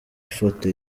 ifoto